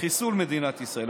חיסול מדינת ישראל.